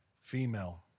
female